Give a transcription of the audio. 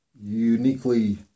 uniquely